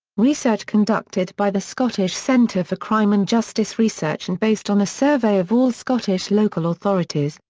research conducted by the scottish centre for crime and justice research and based on a survey of all scottish local authorities,